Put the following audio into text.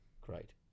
great